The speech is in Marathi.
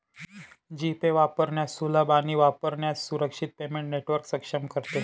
जी पे वापरण्यास सुलभ आणि वापरण्यास सुरक्षित पेमेंट नेटवर्क सक्षम करते